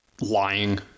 Lying